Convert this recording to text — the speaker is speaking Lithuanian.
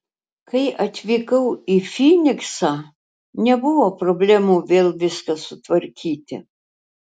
kai atvykau į fyniksą nebuvo problemų vėl viską sutvarkyti